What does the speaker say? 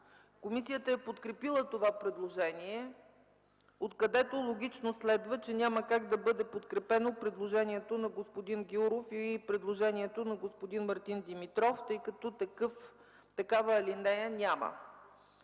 Комисията е подкрепила това предложение, откъдето логично следва, че няма как да бъде подкрепено предложението на господин Гяуров и на господин Димитров, тъй като такава алинея няма.